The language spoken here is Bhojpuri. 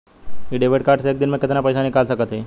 इ डेबिट कार्ड से एक दिन मे कितना पैसा निकाल सकत हई?